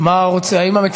סגן שר החינוך הרב מאיר